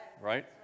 Right